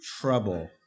trouble